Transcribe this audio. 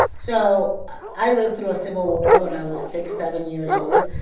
so i lived through a civil war when i was six, seven years old.